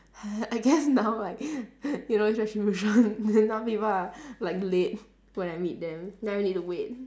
I guess now like you know it's retribution then now people are like late when I meet them now I need to wait